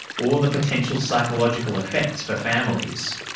or the potential psychological effects for families.